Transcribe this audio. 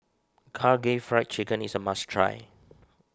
Karaage Fried Chicken is a must try